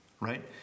right